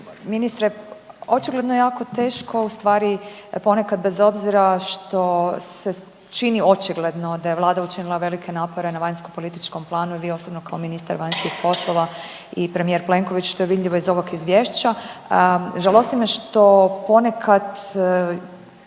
Ministre, očigledno je jako teško ustvari ponekad bez obzira što se čini očigledno da je vlada učinila velike napore na vanjskopolitičkom planu i vi osobno kao ministar vanjskih poslova i premijer Plenković što je vidljivo iz ovog izvješća, žalosti me što ponekad